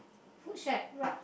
food shed correct